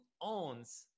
owns